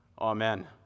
Amen